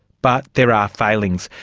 but there are failings.